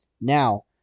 Now